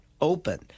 open